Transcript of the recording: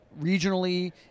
regionally